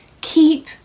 keep